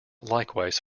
likewise